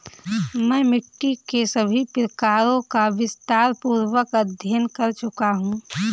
मैं मिट्टी के सभी प्रकारों का विस्तारपूर्वक अध्ययन कर चुका हूं